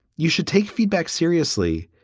you should take feedback seriously.